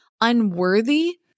unworthy